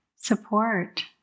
support